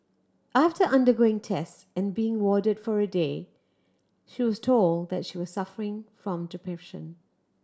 after undergoing test and being warded for a day she was told that she was suffering from depression